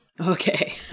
Okay